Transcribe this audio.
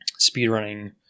speedrunning